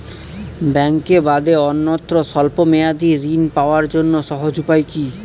ব্যাঙ্কে বাদে অন্যত্র স্বল্প মেয়াদি ঋণ পাওয়ার জন্য সহজ উপায় কি?